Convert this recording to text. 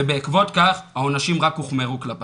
ובעקבות כך העונשים רק הוחמרו כלפי.